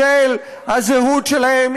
בשל הזהות שלהם,